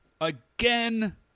Again